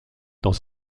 dans